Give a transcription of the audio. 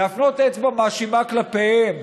להפנות אצבע מאשימה כלפיהם